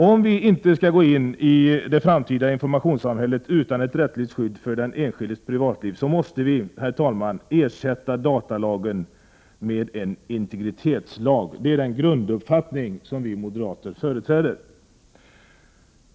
Om vi inte skall gå in i det framtida informationssamhället utan ett rättsligt skydd för den enskildes privatliv måste vi ersätta datalagen med en integritetslag. Det är den grunduppfattning som vi moderater företräder.